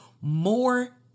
more